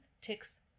ticks